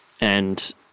And-